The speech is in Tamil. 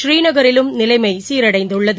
புநீநகரிலும் நிலைமை சீரடைந்துள்ளது